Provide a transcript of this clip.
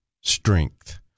strength